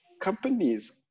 companies